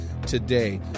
today